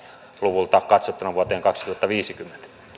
luvulta katsottuna vuoteen kaksituhattaviisikymmentä